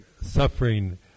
suffering